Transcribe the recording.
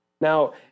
Now